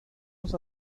los